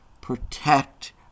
protect